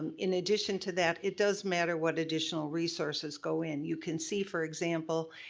in addition to that, it does matter, what additional resources go in. you can see, for example,